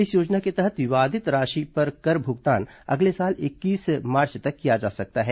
इस योजना के तहत विवादित राशि पर कर भुगतान अगले साल इक्कीस मार्च तक किया जा सकता है